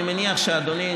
אני מניח שאדוני,